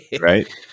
Right